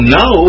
no